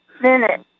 minute